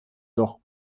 doch